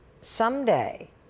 someday